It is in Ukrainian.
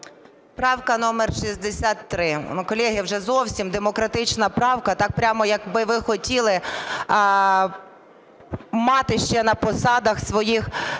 Правка номер 63. Колеги, вже зовсім демократична правка, так прямо, як би ви хотіли, мати ще на посадах своїх призначених